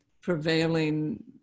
prevailing